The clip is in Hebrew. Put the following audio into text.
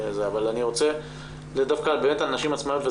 אני רוצה דווקא על נשים עצמאיות,